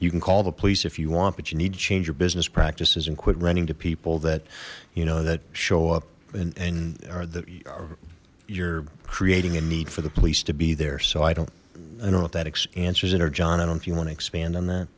you can call the police if you want but you need to change your business practices and quit renting to people that you know that show up and and are the you're creating a need for the police to be there so i don't i don't know if that answers it or john i don't if you want to expand on that